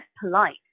polite